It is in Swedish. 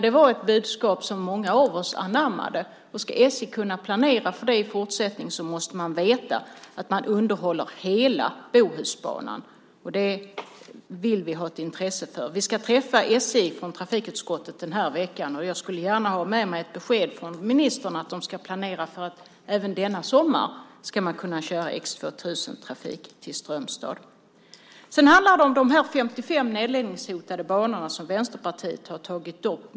Det var ett budskap som många av oss anammade. Om SJ ska kunna planera för det i fortsättningen måste man veta att det sker underhåll av hela Bohusbanan. Det har vi ett intresse för. Trafikutskottet ska träffa representanter för SJ denna vecka. Jag skulle gärna ta med mig ett besked från ministern att SJ ska planera för att även denna sommar köra X 2000-trafik till Strömstad. Sedan finns de 55 nedläggningshotade banorna som Vänsterpartiet har tagit upp.